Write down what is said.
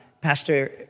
Pastor